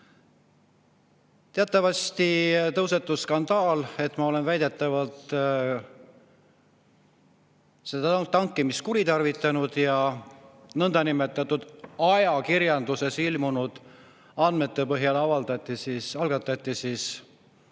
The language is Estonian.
Teatavasti tõusetus skandaal, et ma olen väidetavalt tankimist kuritarvitanud ja nõndanimetatud ajakirjanduses ilmunud andmete põhjal algatati